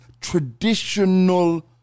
traditional